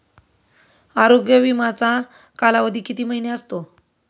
आरोग्य विमाचा कालावधी किती महिने असतो?